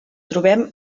trobem